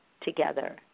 together